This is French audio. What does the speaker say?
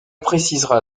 précisera